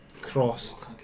Crossed